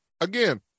again